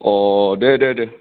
अ दे दे दे